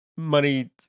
money